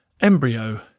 embryo